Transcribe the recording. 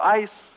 ice